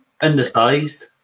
undersized